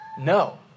No